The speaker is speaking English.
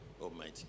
Almighty